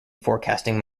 forecasting